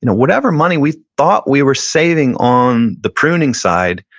whatever money we thought we were saving on the pruning side,